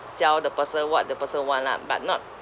sell the person what the person want lah but not